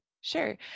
Sure